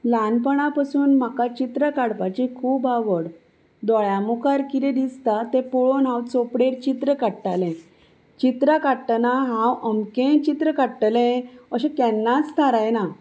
ल्हानपणा पसून म्हाका चित्र काडपाची खूब आवड दोळ्या मुखार कितें दिसता तें पळोवन हांव चोपडेर चित्र काडटालें चित्र काडटना हांव अमकें चित्र काडटलें अशें केन्नाच थारायना